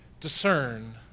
discern